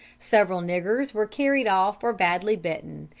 several niggers were carried off or badly bitten,